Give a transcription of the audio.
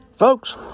folks